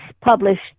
published